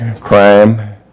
crime